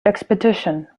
expedition